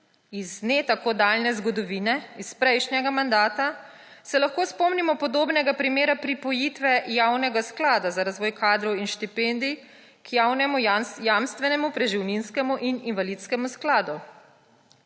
Iz ne tako daljne zgodovine, iz prejšnjega mandata, se lahko spomnimo podobnega primera pripojitve Javnega sklada za razvoj kadrov in štipendij k Javnemu jamstvenemu, preživninskemu in invalidskemu skladu.